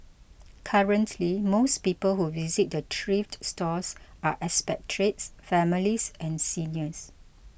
currently most people who visit the thrift stores are expatriates families and seniors